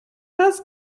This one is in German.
das